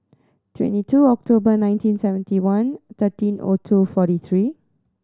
twenty two October nineteen seventy one thirteen O two forty three